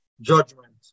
judgment